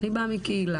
אני באה מקהילה